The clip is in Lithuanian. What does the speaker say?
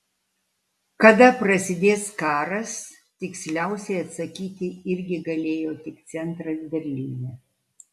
kada prasidės karas tiksliausiai atsakyti irgi galėjo tik centras berlyne